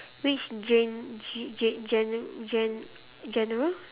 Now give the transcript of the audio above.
which gen~ gen~ gen~ gen~ general